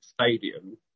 stadium